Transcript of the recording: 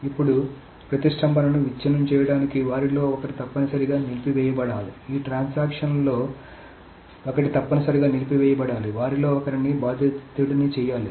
ఇప్పుడు ప్రతిష్టంభనను విచ్ఛిన్నం చేయడానికి వారిలో ఒకరు తప్పనిసరిగా నిలిపి వేయబడాలి ఈ ట్రాన్సాక్షన్ లలో ఒకటి తప్పనిసరిగా నిలిపి వేయబడాలి వారిలో ఒకరిని బాధితుడిని చేయాలి